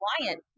client